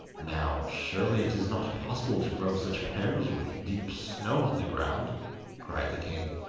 now, surely it is not possible to grow such pears with deep snow on the ground cried the king.